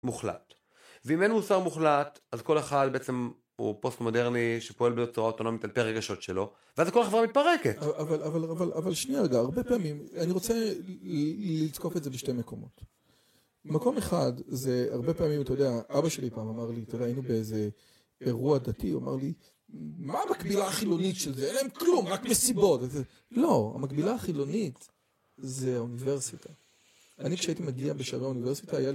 מוחלט, ואם אין מוסר מוחלט אז כל אחד בעצם הוא פוסט מודרני שפועל בצורה אוטונומית על פי הרגשות שלו ואז כל החברה מתפרקת. אבל שניה רגע, הרבה פעמים אני רוצה לתקוף את זה בשתי מקומות. במקום אחד זה, הרבה פעמים, אתה יודע, אבא שלי פעם אמר לי, אתה יודע היינו באיזה אירוע דתי, הוא אמר לי, מה המקבילה החילונית של זה? אין להם כלום. רק מסיבות. לא. המקבילה החילונית זה האוניברסיטה. אני כשהייתי מגיע בשערי האוניברסיטה היה לי